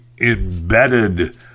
embedded